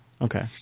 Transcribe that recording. Okay